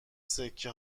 سکه